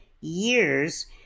years